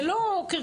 זה לא קרקס.